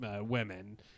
women